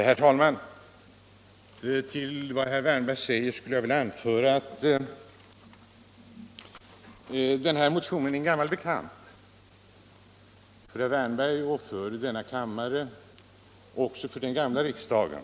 Herr talman! Den här motionen är en gammal bekant — för herr Wärnberg och för kammaren. Den var det också för den gamla riksdagen.